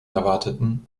erwarteten